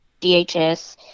DHS